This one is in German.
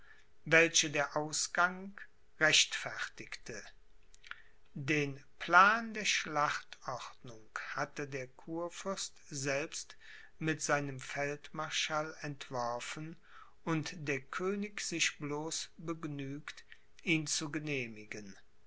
welche der ausgang rechtfertigte den plan der schlachtordnung hatte der kurfürst selbst mit seinem feldmarschall entworfen und der könig sich bloß begnügt ihn zu genehmigen